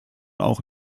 auch